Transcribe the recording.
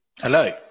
hello